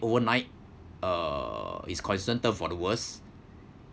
overnight uh his condition turned for the worse